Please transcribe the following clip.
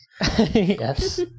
Yes